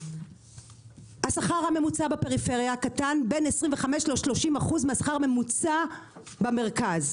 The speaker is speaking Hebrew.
השכר הממוצע בפריפריה נמוך בין 25% ל-30% מהשכר הממוצע במרכז.